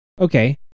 Okay